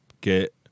get